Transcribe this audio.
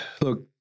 look